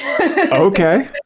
Okay